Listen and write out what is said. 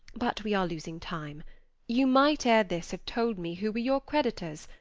but we are losing time you might ere this have told me who were your creditors,